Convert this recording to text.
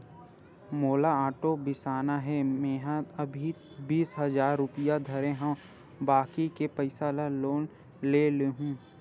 मोला आटो बिसाना हे, मेंहा अभी बीस हजार रूपिया धरे हव बाकी के पइसा ल लोन ले लेहूँ